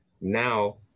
now